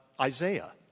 Isaiah